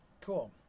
Cool